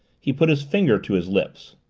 he put his finger to his lips.